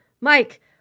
Mike